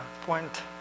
point